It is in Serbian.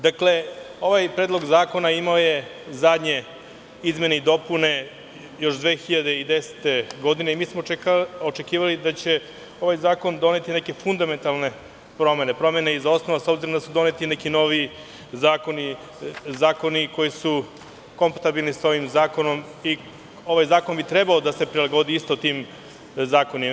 Dakle, ovaj predlog zakona imao je zadnje izmene i dopune još 2010. godine i mi smo očekivali da će ovaj zakon doneti neke fundamentalne promene, promene iz osnova, s obzirom da su doneti neki novi zakoni koji su kompatabilni sa ovim zakonom i ovaj zakon bi trebao da se prilagodi isto tim zakonima.